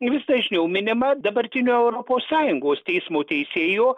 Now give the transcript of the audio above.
vis dažniau minima dabartinio europos sąjungos teismo teisėjo